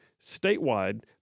statewide